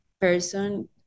person